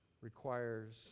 requires